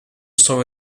saw